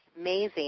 amazing